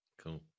Cool